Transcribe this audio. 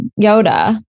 yoda